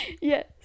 Yes